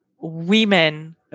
women